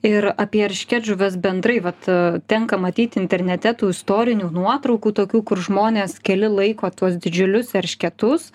ir apie eršketžuves bendrai vat tenka matyt internete tų istorinių nuotraukų tokių kur žmonės keli laiko tuos didžiulius eršketus